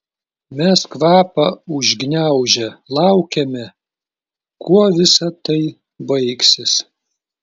mes kvapą užgniaužę laukėme kuo visa tai baigsis